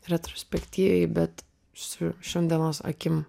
retrospektyviai bet su šiandienos akim